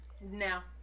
Now